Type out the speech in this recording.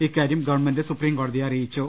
ഇക്കാര്യം ഗവൺമെന്റ് സുപ്രീംകോ ടതിയെ അറിയിക്കും